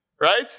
right